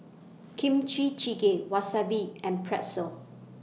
Kimchi Jjigae Wasabi and Pretzel